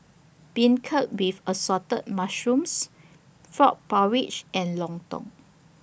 Beancurd with Assorted Mushrooms Frog Porridge and Lontong